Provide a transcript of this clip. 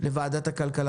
לוועדת הכלכלה.